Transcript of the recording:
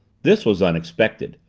this was unexpected.